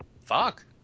Fuck